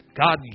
God